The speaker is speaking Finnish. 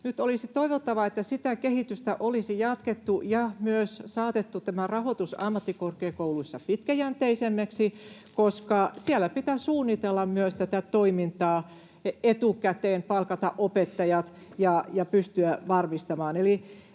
nyt olisi ollut toivottavaa, että sitä kehitystä olisi jatkettu ja myös saatettu tämä rahoitus ammattikorkeakouluissa pitkäjänteisemmäksi, koska siellä pitää suunnitella myös tätä toimintaa etukäteen, palkata opettajat ja pystyä varmistamaan.